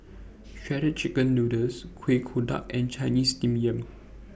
Shredded Chicken Noodles Kuih Kodok and Chinese Steamed Yam